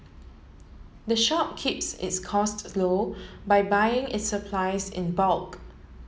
the shop keeps its cost low by buying its supplies in bulk